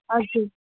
हजुर